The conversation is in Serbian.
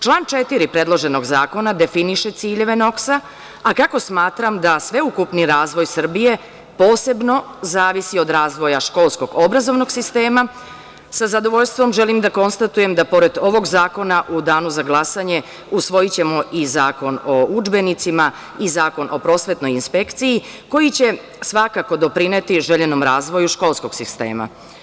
Član 4. predloženog zakona definiše ciljeve NOKS-a, a kako smatram da sveukupni razvoj Srbije posebno zavisi od razvoja školskog i obrazovnog sistema, sa zadovoljstvom želim da konstatujem da pored ovog zakona u danu za glasanje usvojićemo i Zakon o udžbenicima i Zakon o prosvetnoj inspekciji, koji će svakako doprineti željenom razvoju školskog sistema.